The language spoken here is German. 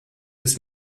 des